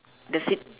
the seat